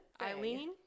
Eileen